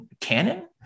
canon